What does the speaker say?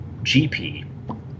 gp